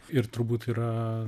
ir turbūt yra